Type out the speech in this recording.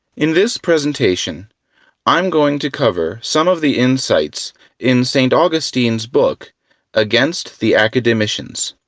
in this presentation i'm going to cover some of the insights in st. augustine's book against the academicians.